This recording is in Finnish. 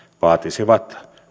vaatisivat